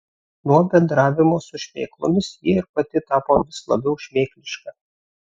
nuo bendravimo su šmėklomis ji ir pati tapo vis labiau šmėkliška